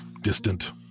distant